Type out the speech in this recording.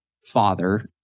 father